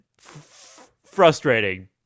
frustrating